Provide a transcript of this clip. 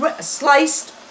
sliced